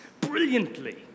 brilliantly